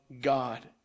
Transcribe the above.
God